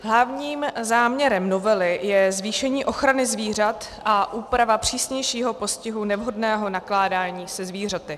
Hlavním záměrem novely je zvýšení ochrany zvířat a úprava přísnějšího postihu nevhodného nakládání se zvířaty.